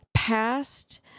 past